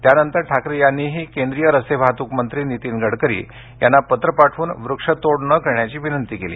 त्यानंतर ठाकरे यांनीही केंद्रीय रस्ते वाहतुक मंत्री नितीन गडकरी यांना पत्र पाठवून वृक्ष तोड न करण्याची विनंती केली